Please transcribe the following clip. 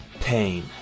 Pain